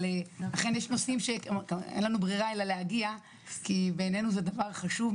יש נושאים שאין לנו ברירה אלא להגיע כי בעינינו זה דבר חשוב,